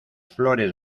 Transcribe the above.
flores